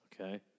Okay